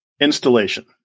Installation